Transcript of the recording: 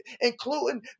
including